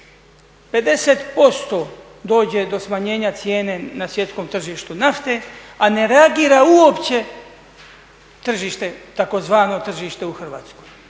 50% dođe do smanjenja cijene na svjetskom tržištu nafte, a ne reagira uopće tzv. tržište u Hrvatskoj.